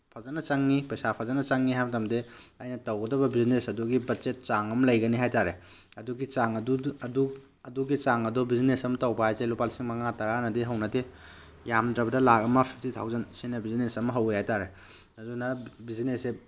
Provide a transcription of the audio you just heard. ꯐꯖꯅ ꯆꯪꯉꯤ ꯄꯩꯁꯥ ꯐꯖꯅ ꯆꯪꯉꯤ ꯍꯥꯏꯕ ꯃꯇꯝꯗꯤ ꯑꯩꯅ ꯇꯧꯒꯗꯕ ꯕꯤꯖꯤꯅꯦꯁ ꯑꯗꯨꯒꯤ ꯕꯠꯖꯦꯠ ꯆꯥꯡ ꯑꯃ ꯂꯩꯒꯅꯤ ꯍꯥꯏ ꯇꯥꯔꯦ ꯑꯗꯨꯒꯤ ꯆꯥꯡ ꯑꯗꯣ ꯕꯤꯖꯤꯅꯦꯁ ꯑꯃ ꯇꯧꯕ ꯍꯥꯏꯁꯦ ꯂꯨꯄꯥ ꯂꯤꯁꯤꯡ ꯃꯉꯥ ꯇꯔꯥꯅꯗꯤ ꯍꯧꯅꯗꯦ ꯌꯥꯝꯗ꯭ꯔꯕꯗ ꯂꯥꯈ ꯑꯃ ꯐꯤꯐꯇꯤ ꯊꯥꯎꯖꯟ ꯁꯤꯅ ꯕꯤꯖꯤꯅꯦꯁ ꯑꯃ ꯍꯧꯋꯤ ꯍꯥꯏ ꯇꯥꯔꯦ ꯑꯗꯨꯅ ꯕꯤꯖꯤꯅꯦꯁꯁꯦ